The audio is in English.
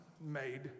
made